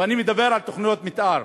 ואני מדבר על תוכניות מתאר.